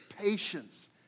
patience